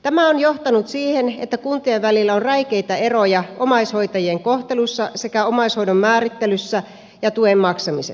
tämä on johtanut siihen että kuntien välillä on räikeitä eroja omaishoitajien kohtelussa sekä omaishoidon määrittelyssä ja tuen maksamisessa